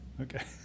Okay